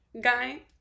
guy